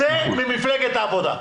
צא ממפלגת העבודה.